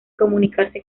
comunicarse